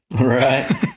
Right